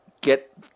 get